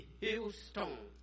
hillstone